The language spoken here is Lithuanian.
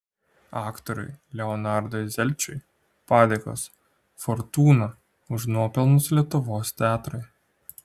aktoriui leonardui zelčiui padėkos fortūna už nuopelnus lietuvos teatrui